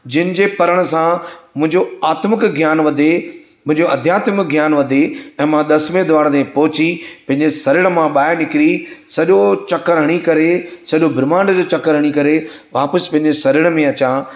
जिन जे पढ़ण सां मुंहिंजो आत्मिक ज्ञान वधे मुंहिंजो अध्यात्मिक ज्ञान वधे ऐं मांं दसवें द्वार ते पहुची पंहिंजे शरीर मां ॿाहिरि निकिरी सॼो चकर हणी करे सॼो ब्रम्हांड जो चकर हणी करे वापसि पंहिंजे शरीर में अचां